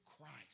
Christ